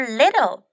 little